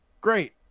Great